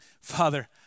Father